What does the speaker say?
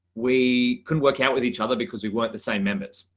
we couldn't work out with each other because we weren't the same members.